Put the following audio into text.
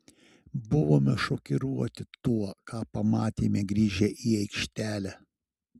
buvome šokiruoti to ką pamatėme grįžę į aikštelę